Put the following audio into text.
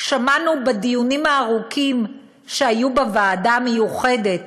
בדיונים הארוכים שהיו בוועדה המיוחדת